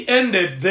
ended